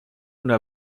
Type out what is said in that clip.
una